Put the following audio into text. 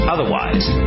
Otherwise